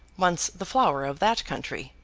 once the flower of that country,